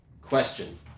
question